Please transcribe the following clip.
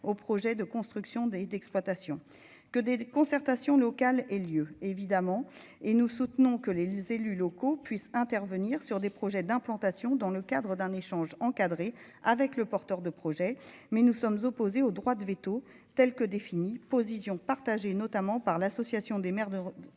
au projet de construction des d'exploitation que des concertations locales et lieu évidemment et nous soutenons que les les élus locaux puissent intervenir sur des projets d'implantation dans le cadre d'un échange encadré avec le porteur de projet, mais nous sommes opposés au droit de véto. Telle que définie, position partagée notamment par l'Association des maires de